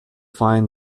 find